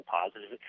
positive